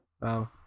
wow